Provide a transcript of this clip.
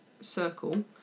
circle